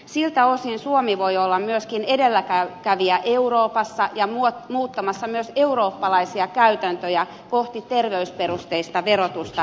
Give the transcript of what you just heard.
siltä osin suomi voi olla myöskin edelläkävijä euroopassa ja muuttamassa myös eurooppalaisia käytäntöjä kohti terveysperusteista verotusta elintarvikkeissa